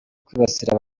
kwibasira